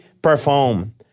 perform